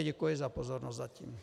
Děkuji za pozornost zatím.